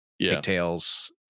pigtails